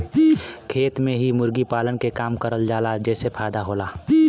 खेत में ही मुर्गी पालन के काम करल जाला जेसे फायदा होला